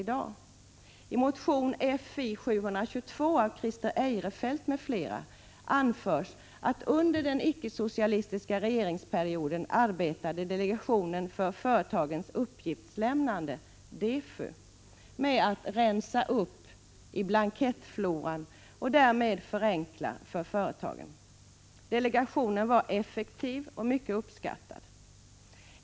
I motion Fi722 av Christer Eirefelt m.fl. anförs att delegationen för företagens uppgiftslämnande, DEFU, under den icke-socialistiska regeringsperioden arbetade med att rensa upp i blankettfloran och därmed förenkla för företagen. Delegationen var effektiv och mycket uppskattad.